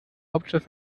hauptstadt